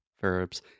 verbs